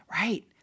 right